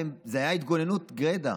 וזאת הייתה התגוננות גרידא.